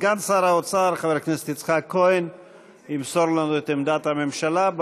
סגן שר האוצר חבר הכנסת יצחק כהן ימסור לנו את עמדת הממשלה.